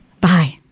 Bye